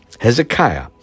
Hezekiah